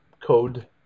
code